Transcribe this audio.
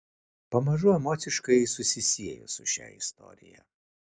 pamažu emociškai ji susisiejo su šia istorija